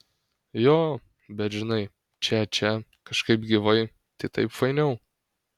jo bet žinai čia čia kažkaip gyvai tai taip fainiau